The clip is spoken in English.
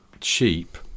cheap